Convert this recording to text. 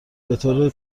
بطور